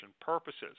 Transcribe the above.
purposes